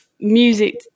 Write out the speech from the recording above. music